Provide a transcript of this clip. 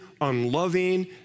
unloving